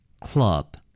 club